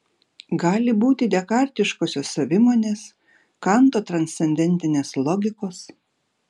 gali būti dekartiškosios savimonės kanto transcendentinės logikos